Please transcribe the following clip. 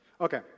Okay